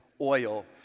oil